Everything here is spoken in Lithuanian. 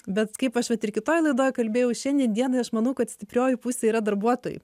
bet kaip aš vat ir kitoj laidoj kalbėjau šiandien dienai aš manau kad stiprioji pusė yra darbuotojai